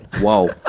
whoa